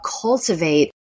cultivate